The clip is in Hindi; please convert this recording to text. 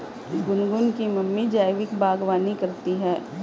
गुनगुन की मम्मी जैविक बागवानी करती है